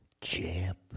champ